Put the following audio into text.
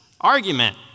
argument